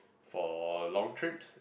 for long trips